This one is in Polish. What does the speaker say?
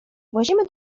włazimy